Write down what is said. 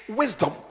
wisdom